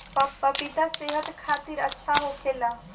पपिता सेहत खातिर अच्छा होखेला